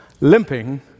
limping